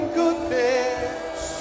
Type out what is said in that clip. goodness